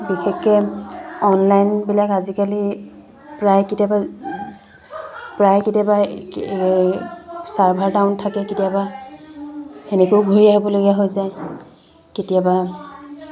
বিশেষকৈ অনলাইনবিলাক আজিকালি প্ৰায় কেতিয়াবা প্ৰায় কেতিয়াবা এই ছাৰ্ভাৰ ডাউন থাকে কেতিয়াবা সেনেকৈয়ো ঘূৰি আহবলগীয়া হৈ যায় কেতিয়াবা